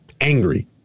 angry